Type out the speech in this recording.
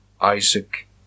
Isaac